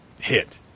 hit